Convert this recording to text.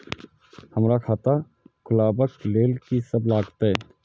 हमरा खाता खुलाबक लेल की सब लागतै?